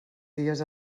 dies